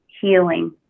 healing